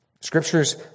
Scripture's